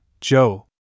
Joe